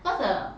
cause the